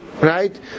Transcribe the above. Right